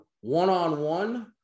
one-on-one